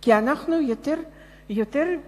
כי אנחנו יותר מפותחים.